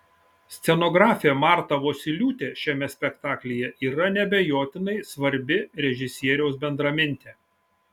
scenografė marta vosyliūtė šiame spektaklyje yra neabejotinai svarbi režisieriaus bendramintė